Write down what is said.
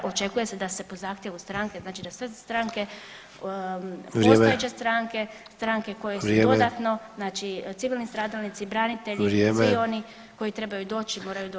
Očekuje se da se po zahtjevu stranke znači da sve stranke [[Upadica Sanader: Vrijeme.]] postojeće stranke, stranke koje [[Upadica Sanader: Vrijeme.]] su dodatno, znači civilni stradalnici, branitelji [[Upadica Sanader: Vrijeme.]] svi oni koji trebaju doći moraju doći